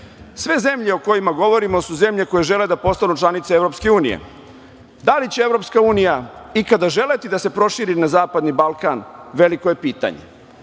nas. Sve zemlje o kojima govorimo su zemlje koje žele da postanu članice EU. Da li će EU ikada želeti da se proširi na zapadni Balkan veliko je pitanje.